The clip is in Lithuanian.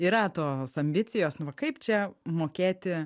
yra tos ambicijos nu va kaip čia mokėti